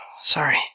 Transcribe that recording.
Sorry